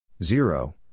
Zero